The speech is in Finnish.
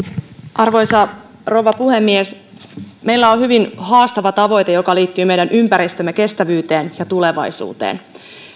arvoisa rouva puhemies meillä on hyvin haastava tavoite joka liittyy meidän ympäristömme kestävyyteen ja tulevaisuuteen